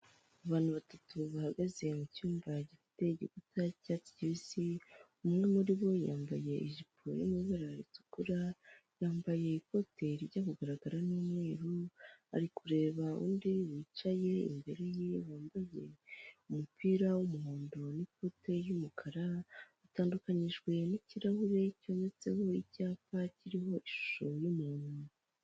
Abantu batatu bahagaze mu cyumba gifite igikuta k'icyatsi kibisi, umwe muri bo yambaye ijipo yo mu ibara ritukura, yambaye ikote rijya kugaragara n'umweru, ari kureba undi wicaye imbere ye wambaye umupira w'umuhondo n'ikote ry'umukara, batandukanijwe n'ikirahure cyometseho icyapa kiriho ishusho y'umuntu.